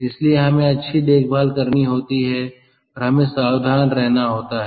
इसलिए हमें अच्छी देखभाल करनी होती है और हमें सावधान रहना होता है